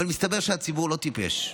אבל מסתבר שהציבור לא טיפש.